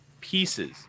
pieces